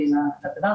לדבר,